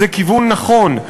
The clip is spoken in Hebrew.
זה כיוון נכון.